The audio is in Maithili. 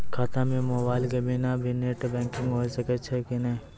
खाता म मोबाइल के बिना भी नेट बैंकिग होय सकैय छै कि नै?